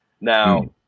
Now